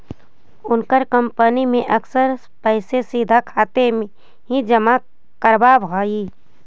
उनकर कंपनी अक्सर पैसे सीधा खाते में ही जमा करवाव हई